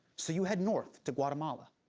so you head north to guatemala,